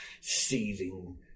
seething